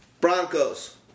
Broncos